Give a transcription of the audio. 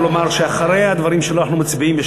אבל אומר שאחרי הדברים שלו אנחנו מצביעים.